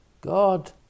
God